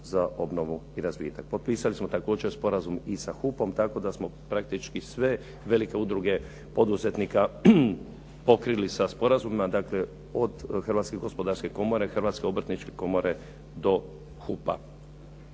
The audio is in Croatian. za obnovu i razvitak. Potpisali smo također sporazum i sa HUP-om tako da smo praktički sve velike udruge poduzetnika pokrili sa sporazumima, dakle od Hrvatske gospodarske komore, Hrvatske obrtničke komore do HUP-a.